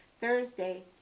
Thursday